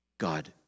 God